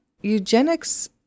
eugenics